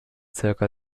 zirka